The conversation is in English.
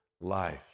life